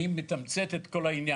אני מתמצת את כל העניין.